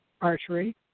archery